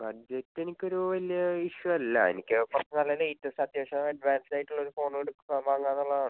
ബഡ്ജറ്റെനിക്കൊരു വലിയ ഇഷ്യു അല്ല എനിക്ക് കുറച്ച് നല്ല ലേറ്റസ്റ്റ് അത്യാവശ്യം അഡ്വാൻസ്ഡായിട്ടുള്ളൊരു ഫോണെടുക്കാൻ വാങ്ങാന്നുള്ളതാണ്